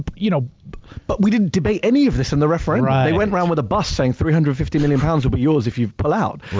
but you know but we didn't debate any of this in the referendum. they went round with a bus saying, three hundred and fifty million pounds will be yours if you pull out.